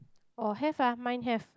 oh have ah mine have